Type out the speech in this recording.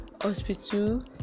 hospital